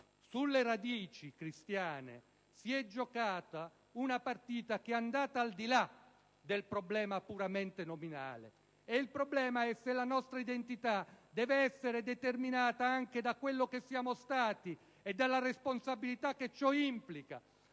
Sulle radici cristiane si è giocata una partita che è andata al di là del problema puramente nominale. Il problema è se la nostra identità debba essere determinata anche da quello che siamo stati e dalla responsabilità che ciò implica